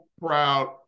proud